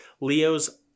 Leo's